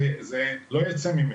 אני לא אצא ממנו.